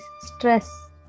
stress